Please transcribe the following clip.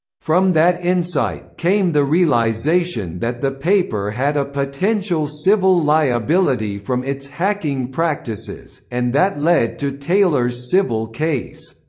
from that insight came the realisation that the paper had a potential civil liability from its hacking practices, and that led to taylor's civil case.